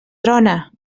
trona